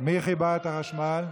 מי כיבה את החשמל?